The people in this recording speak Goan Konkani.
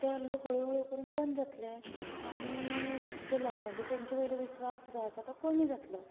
ते लोक हळूहळू करून बंद जातले आनी जें लोकांचे तेचे वयलो जो विश्वास आसा तो कमी जातलो